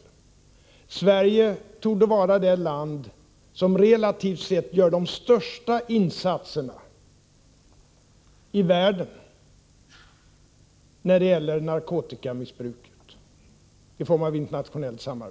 För det första torde Sverige vara det land som relativt sett gör de största insatserna i världen i form av internationellt samarbete